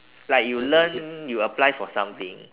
like you learn you apply for something